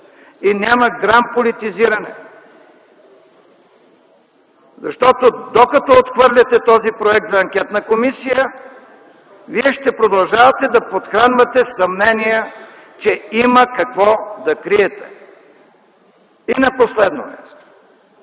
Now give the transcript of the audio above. и няма грам политизиране, защото докато отхвърляте този проект за Анкетна комисия, Вие ще продължавате да подхранвате съмнения, че има какво да криете. И на последно място,